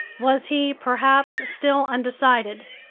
was he, perhaps, still undecided?